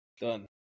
Done